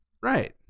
right